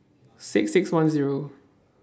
six six one Zero